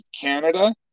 Canada